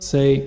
Say